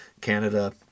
Canada